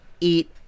eat